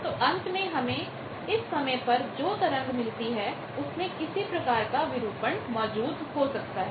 तो अंत में हमें इस समय पर जो तरंग मिलती है उसमें किसी प्रकार का विरूपण distortion डिस्टॉरशन मौजूद हो सकता है